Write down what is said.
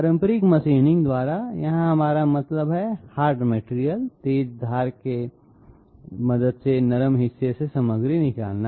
पारंपरिक मशीनिंग द्वारा यहां मेरा मतलब है हार्ड मटेरियाएल तेज धार की मदद से नरम हिस्से से सामग्री निकालना